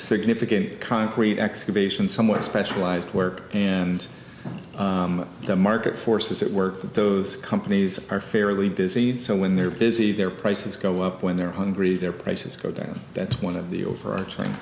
significant concrete excavation somewhat specialized work and the market forces that work at those companies are fairly busy so when they're busy their prices go up when they're hungry their prices go down that's one of the over